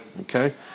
Okay